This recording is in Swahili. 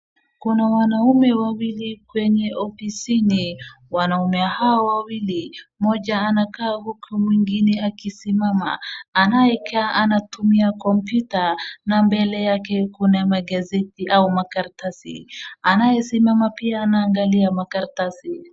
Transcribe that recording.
Kuna wanaume wawili kwenye ofisi hii, wanaume hawa wawili mmoja anakaa huku akisimama, anayekaa anatumia computa na mbele yake kuna magazeti au makaratasi anayesimama pia anaangalia makaratasi.